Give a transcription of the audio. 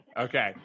Okay